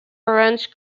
arranged